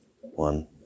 One